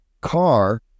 car